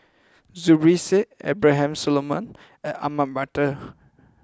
Zubir Said Abraham Solomon and Ahmad Mattar